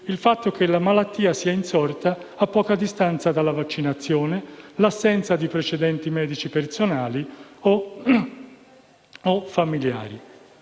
il fatto che la malattia sia insorta a poca distanza dalla vaccinazione e l'assenza di precedenti medici personali o familiari.